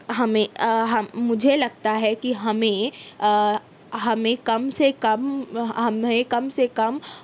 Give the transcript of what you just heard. ہمیں مجھے لگتا ہے کہ ہمیں ہمیں کم سے کم ہمیں کم سے کم